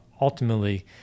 ultimately